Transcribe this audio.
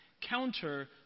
counter